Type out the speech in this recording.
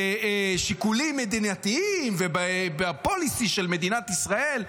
בשיקולים מדינתיים וב-policy של מדינת ישראל.